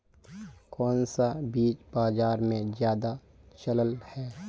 कोन सा बीज बाजार में ज्यादा चलल है?